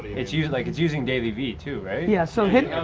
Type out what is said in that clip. it's using like it's using daily vee too, right? yeah, so hit,